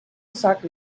soccer